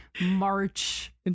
march